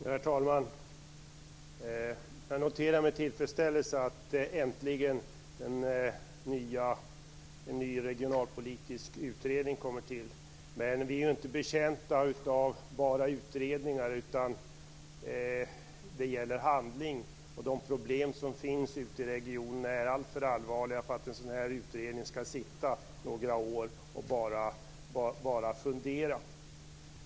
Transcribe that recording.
Herr talman! Jag noterar med tillfredsställelse att en ny regionalpolitisk utredning äntligen tillsätts. Men vi är inte betjänta av bara utredningar utan det är handling som gäller. De problem som finns ute i regionerna är alltför allvarliga för att en sådan här utredning skall sitta några år och bara fundera.